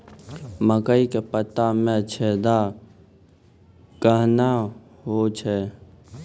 मकई के पत्ता मे छेदा कहना हु छ?